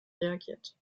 reagiert